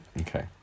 Okay